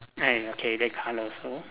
ah ya okay then colour so